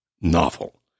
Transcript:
novel